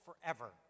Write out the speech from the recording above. forever